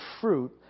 fruit